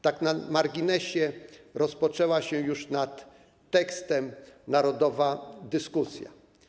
Tak na marginesie, rozpoczęła się już nad tekstem narodowa dyskusja.